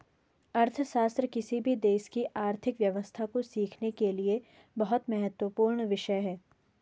अर्थशास्त्र किसी भी देश की आर्थिक व्यवस्था को सीखने के लिए बहुत महत्वपूर्ण विषय हैं